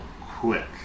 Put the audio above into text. quick